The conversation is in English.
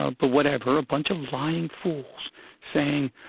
ah but whatever a bunch of lying fools saying,